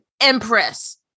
empress